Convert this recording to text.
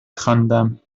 خواندم